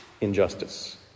injustice